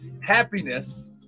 Happiness